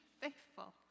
faithful